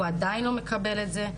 הוא עדיין לא מקבל את זה,